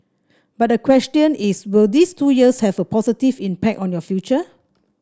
but the question is will these two years have a positive impact on your future